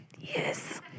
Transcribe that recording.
Yes